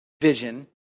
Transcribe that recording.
vision